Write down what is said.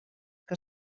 que